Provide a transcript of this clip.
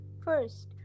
first